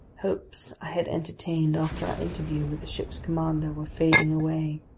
hopes i had entertained after our interview with the ship's commander were fading away.